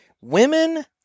Women